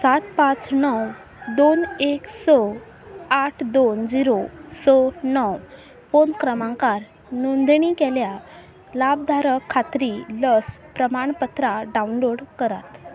सात पांच णव दोन एक स आठ दोन झिरो स णव फोन क्रमांकार नोंदणी केल्या लाभदारक खात्री लस प्रमाणपत्रा डावनलोड करात